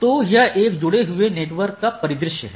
तो यह एक सीधे जुड़े हुए नेटवर्क का परिदृश्य हैं